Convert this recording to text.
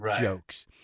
jokes